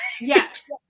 yes